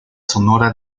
sonora